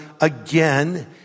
again